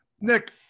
Nick